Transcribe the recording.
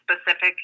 specific